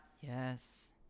yes